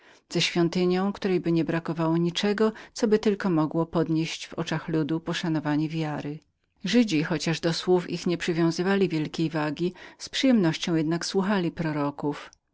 z świątynią której by niebrakowało nic coby tylko mogło podnieść w oczach ludu poszanowanie wiary żydzi chociaż do słów ich nie przywięzywali wielkiej wagi z przyjemnością jednak słuchali